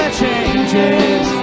changes